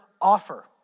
offer